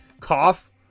Cough